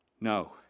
No